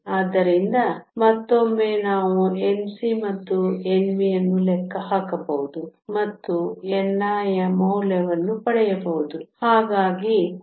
ಆದ್ದರಿಂದ ಮತ್ತೊಮ್ಮೆ ನಾವು Nc ಮತ್ತು Nv ಅನ್ನು ಲೆಕ್ಕ ಹಾಕಬಹುದು ಮತ್ತು ni ಯ ಮೌಲ್ಯವನ್ನು ಪಡೆಯಬಹುದು